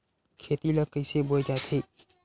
खेती ला कइसे बोय जाथे?